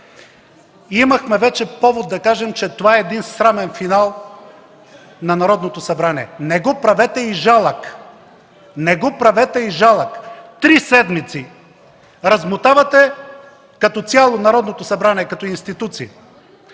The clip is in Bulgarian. Имахме вече повод да кажем, че това е срамен финал на Народното събрание! Не го правете и жалък, не го правете и жалък! Три седмици като цяло размотавате Народното събрание, като институция.